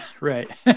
Right